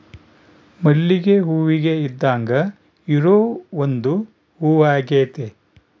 ಮಲ್ಲಿಗೆ ಹೂವಿಗೆ ಇದ್ದಾಂಗ ಇರೊ ಒಂದು ಹೂವಾಗೆತೆ